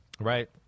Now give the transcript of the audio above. right